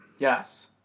Yes